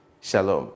Shalom